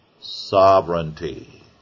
sovereignty